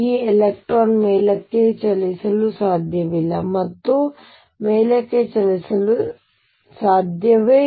ಈ ಎಲೆಕ್ಟ್ರಾನ್ ಮೇಲಕ್ಕೆ ಚಲಿಸಲು ಸಾಧ್ಯವಿಲ್ಲ ಮತ್ತು ಮೇಲಕ್ಕೆ ಚಲಿಸಲು ಸಾಧ್ಯವಿಲ್ಲ